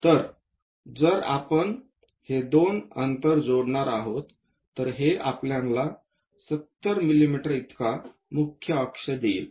तर जर आपण हे दोन अंतर जोडणार आहोत तर हे आपल्याला 70 मिमी इतका मुख्य अक्ष देईल